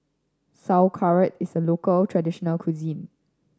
Sauerkraut is a local traditional cuisine